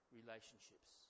relationships